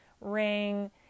ring